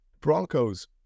Broncos